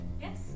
Yes